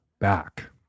back